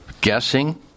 guessing